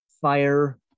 fire